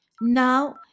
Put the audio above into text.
Now